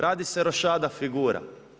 Radi se rošada figura.